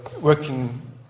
working